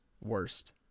worst